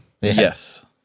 Yes